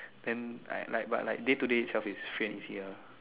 then I like but like day to day itself is free and easy ah